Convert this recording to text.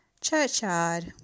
churchyard